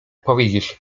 powiedzieć